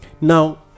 now